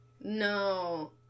No